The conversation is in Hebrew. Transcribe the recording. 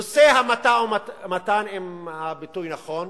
נושא המשא-ומתן, אם הביטוי נכון,